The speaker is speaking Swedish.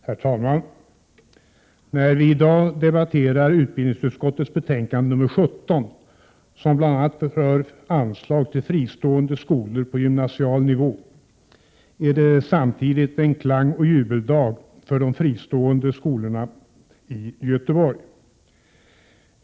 Herr talman! När vi i dag debatterar utbildningsutskottets betänkande nr 17, som bl.a. rör anslag till fristående skolor på gymnasial nivå, är det samtidigt en klangoch jubeldag för de fristående gymnasieskolorna i Göteborg.